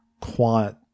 quiet